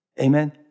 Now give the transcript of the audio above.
Amen